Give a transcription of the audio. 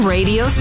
Radio